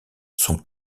son